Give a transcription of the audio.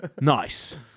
Nice